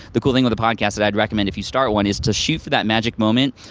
the cool thing with the podcast that i recommend if you start one is to shoot for that magic moment,